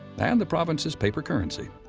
and the province's paper currency.